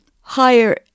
higher